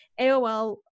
AOL